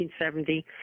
1970